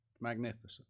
Magnificent